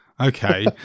Okay